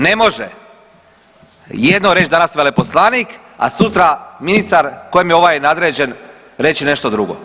Ne može jedno reć danas veleposlanik, a sutra ministar kojem je ovaj nadređen reći nešto drugo.